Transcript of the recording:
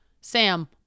Sam